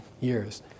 years